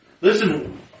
Listen